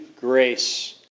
grace